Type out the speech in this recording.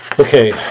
Okay